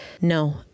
no